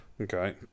Okay